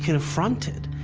confronted,